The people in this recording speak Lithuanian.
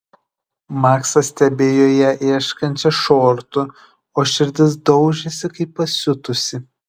maksas stebėjo ją ieškančią šortų o širdis daužėsi kaip pasiutusi